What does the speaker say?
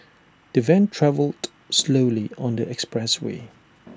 the van travelled slowly on the expressway